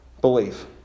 Belief